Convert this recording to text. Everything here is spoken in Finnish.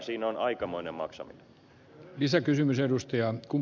siinä on aikamoinen maksaminen